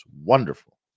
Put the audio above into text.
Wonderful